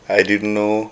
I didn't know